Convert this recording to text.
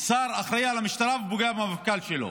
שר אחראי על המשטרה ופוגע במפכ"ל שלו.